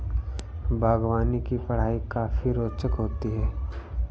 बागवानी की पढ़ाई काफी रोचक होती है